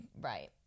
right